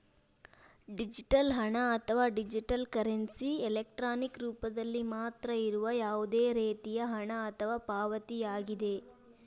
digital ಹಣ, ಅಥವಾ digital currency, electronic ರೂಪದಲ್ಲಿ ಮಾತ್ರ ಇರುವ ಯಾವುದೇ ರೇತಿಯ ಹಣ ಅಥವಾ ಪಾವತಿಯಾಗಿದೆ